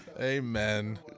Amen